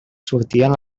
sortien